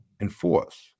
enforce